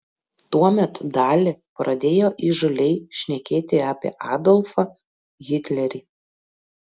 tuomet dali pradėjo įžūliai šnekėti apie adolfą hitlerį